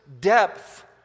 depth